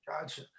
Gotcha